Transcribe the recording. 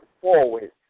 forward